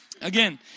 Again